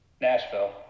Nashville